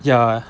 ya